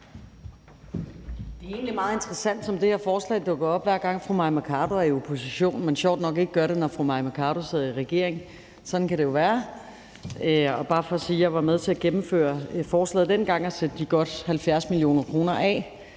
Det er egentlig meget interessant, som det her forslag dukker op, hver gang fru Mai Mercado er i opposition, men sjovt nok ikke gør det, når fru Mai Mercado sidder i regering. Sådan kan det jo være. Jeg vil bare sige, at jeg var med til at gennemføre forslaget dengang og sætte de godt 70 mio. kr. af,